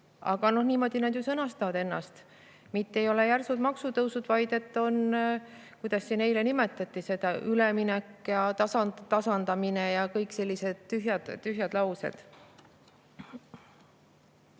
Aga niimoodi nad sõnastavad enda [tegevust]: mitte ei ole järsud maksutõusud, vaid on – kuidas siin eile nimetati seda? – üleminek ja tasandamine, kõik sellised tühjad laused. Lugesin